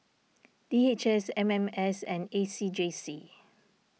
D H S M M S and A C J C